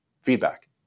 feedback